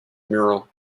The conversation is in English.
mural